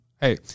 hey